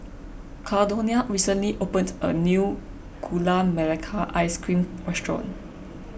Caldonia recently opened a new Gula Melaka Ice Cream restaurant